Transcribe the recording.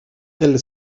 elle